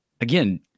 Again